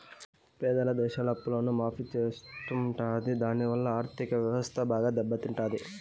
పేద దేశాల అప్పులను మాఫీ చెత్తుంటారు దాని వలన ఆర్ధిక వ్యవస్థ బాగా దెబ్బ తింటాది